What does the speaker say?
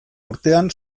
urtean